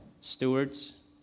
stewards